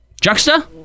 juxta